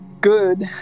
good